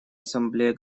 ассамблея